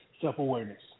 self-awareness